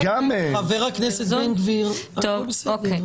חבר הכנסת בן גביר, הכול בסדר.